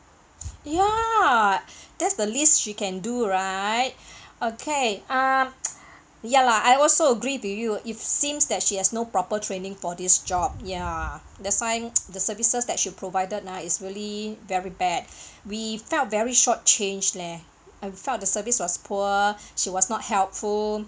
ya that's the least she can do right okay um ya lah I also agree with you it seems that she has no proper training for these jobs ya the sign the services that she provided ah is really very bad we felt very short change leh I felt the service was poor she was not helpful